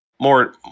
more